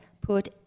put